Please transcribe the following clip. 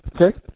Okay